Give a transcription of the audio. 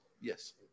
Yes